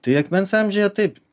tai akmens amžiuje taip